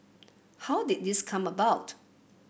how did this come about